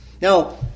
Now